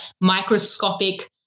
microscopic